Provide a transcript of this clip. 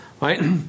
right